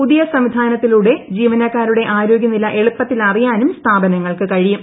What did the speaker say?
പുതിയ സംവിധാനത്തിലൂടെ ജീവനക്കാരുടെ ആരോഗ്യനില എളുപ്പത്തിൽ അറിയാനും സ്ഥാപനങ്ങൾക്ക് കഴിയും